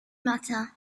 matter